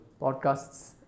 podcasts